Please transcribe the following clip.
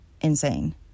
insane